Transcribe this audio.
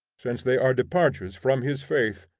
since they are departures from his faith,